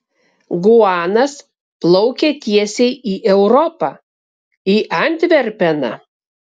guanas plaukia tiesiai į europą į antverpeną